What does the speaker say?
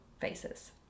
faces